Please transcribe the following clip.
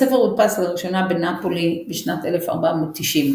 הספר הודפס לראשונה בנאפולי בשנת 1490,